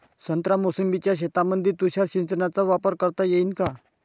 संत्रा मोसंबीच्या शेतामंदी तुषार सिंचनचा वापर करता येईन का?